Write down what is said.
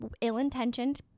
ill-intentioned